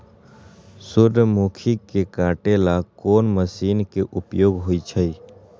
सूर्यमुखी के काटे ला कोंन मशीन के उपयोग होई छइ?